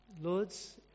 Lords